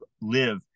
live